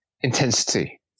intensity